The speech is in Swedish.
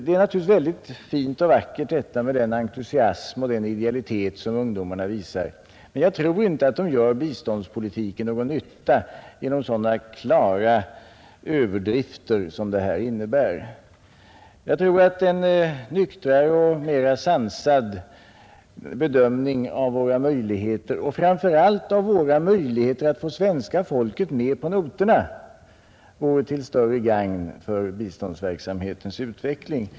Den entusiasm och den idealitet som ungdomarna visar är naturligtvis mycket vacker, men jag tror inte att de gör biståndspolitiken någon nytta med så klara överdrifter som detta krav innebär. Jag tror att en nyktrare och mera sansad bedömning av våra resurser och framför allt av våra möjligheter att få svenska folket med på noterna vore till större gagn för biståndsverksamhetens utveckling.